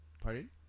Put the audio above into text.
Pardon